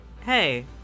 hey